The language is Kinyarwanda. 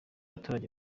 abaturage